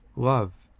love,